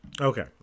Okay